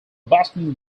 boston